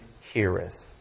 heareth